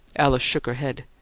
alice shook her head.